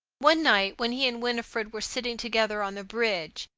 one night when he and winifred were sitting together on the bridge,